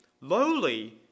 Lowly